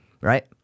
Right